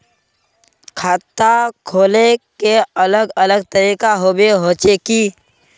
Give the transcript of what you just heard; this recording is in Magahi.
खाता खोले के अलग अलग तरीका होबे होचे की?